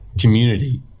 community